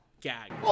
Gag